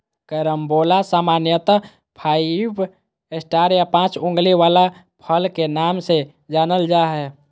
carambola सामान्यत five star या पाँच उंगली वला फल के नाम से जानल जा हय